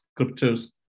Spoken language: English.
scriptures